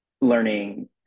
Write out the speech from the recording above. learning